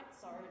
Sorry